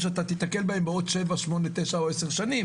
ואתה תיתקל בהם עוד תשע-עשר שנים.